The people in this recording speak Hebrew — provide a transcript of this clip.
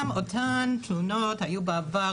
גם אותן תלונות היו בעבר,